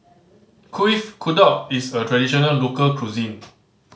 Kuih Kodok is a traditional local cuisine